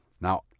Now